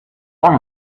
one